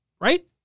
right